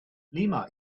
lima